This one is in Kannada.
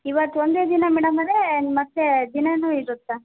ಇವತ್ತು ಒಂದೇ ದಿನ ಮೇಡಮವ್ರೇ ಮತ್ತು ದಿನಾನೂ ಇರುತ್ತಾ